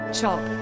Chop